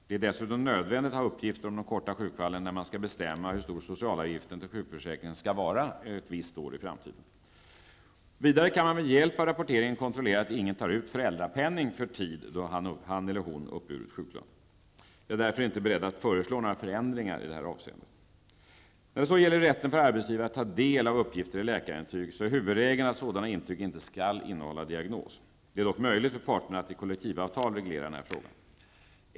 Det är dessutom nödvändigt att ha uppgifter om de korta sjukfallen när man skall bestämma hur stor socialavgiften till sjukförsäkringen skall vara ett visst år i framtiden. Vidare kan man med hjälp av rapporteringen kontrollera att ingen tar ut föräldrapenning för tid då han eller hon har uppburit sjuklön. Jag är därför inte beredd att föreslå några förändringar i det här avseendet. När det så gäller rätten för arbetsgivare att ta del av uppgifter i läkarintyg är huvudregeln att sådana intyg inte skall innehålla diagnos. Det är dock möjligt för parterna att i kollektivavtal reglera den här frågan.